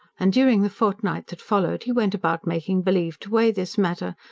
and during the fortnight that followed he went about making believe to weigh this matter,